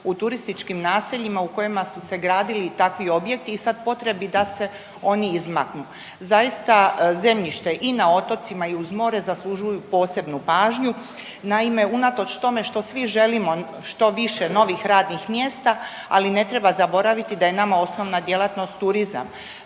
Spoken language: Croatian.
u turističkim naseljima u kojima su se gradili takvi objekti i sad potrebi da se oni izmaknu. Zaista zemljište i na otocima i uz more zaslužuju posebnu pažnju. Naime, unatoč tome što svi želimo što više novih radnih mjesta, ali ne treba zaboraviti da je nama osnovna djelatnost turizam.